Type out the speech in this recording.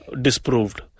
disproved